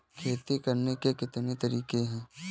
खेती करने के कितने तरीके हैं?